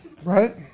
Right